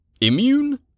immune